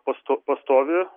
pasto pastovi